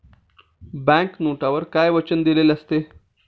Bank नोटवर काय वचन दिलेले असते?